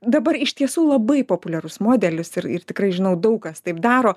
dabar iš tiesų labai populiarus modelis ir ir tikrai žinau daug kas taip daro